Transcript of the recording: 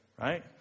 Right